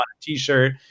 T-shirt